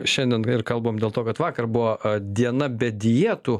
šiandien ir kalbam dėl to kad vakar buvo diena be dietų